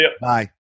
Bye